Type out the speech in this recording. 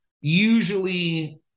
usually